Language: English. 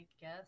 guess